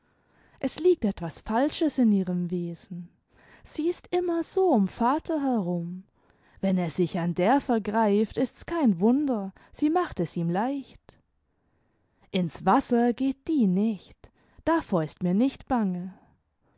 es liegt etwas falsches in ihrem wesen sie ist immer so um vater herum wenn er sich an der vergreift ist's kein wunder sie macht es ihm leicht ins wasser geht die nicht davor ist mir nicht bange